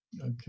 Okay